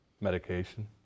Medication